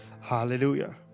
Hallelujah